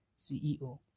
CEO